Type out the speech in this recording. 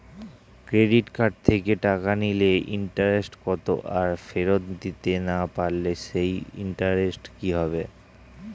Credit card থেকে টাকা নিলে ইন্টারেস্ট কত আর ফেরত দিতে না পারলে সেই ইন্টারেস্ট কি হবে?